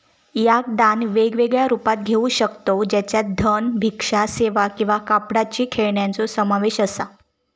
याक दान वेगवेगळ्या रुपात घेऊ शकतव ज्याच्यात धन, भिक्षा सेवा किंवा कापडाची खेळण्यांचो समावेश असा